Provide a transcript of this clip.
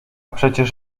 przecież